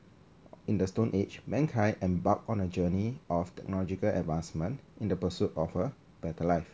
in the stone age mankind embarked on a journey of technological advancement in the pursuit of a better life